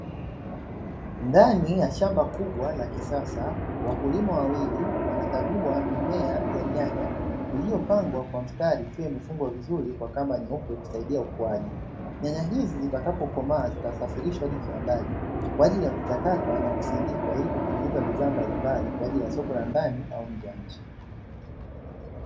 Ndani ya shamba kubwa la kisasa, wakulima wawili wanakagua mimea ya nyanya iliyopangwa kwa mstari, ikiwa imefungwa vizuri kwa kamba nyeupe kusaidia ukuaji. Nyanya hizi zitakapokomaa, zitasafirishwa hadi kiwandani kwa ajili ya kuchakatwa na kusindikwa ili kutengeneza bidhaa mbalimbali kwa ajili ya soko la ndani au nje ya nchi.